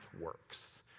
works